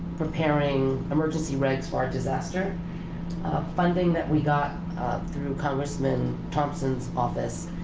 preparing emergency regs for our disaster funding that we got congressman thompson's office.